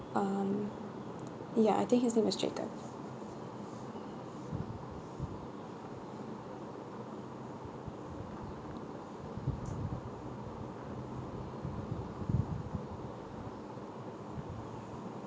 um ya I think his name was jacob